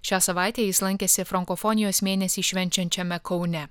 šią savaitę jis lankėsi frankofonijos mėnesį švenčiančiame kaune